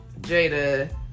Jada